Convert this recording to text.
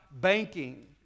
banking